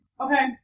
Okay